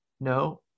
No